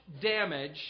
damage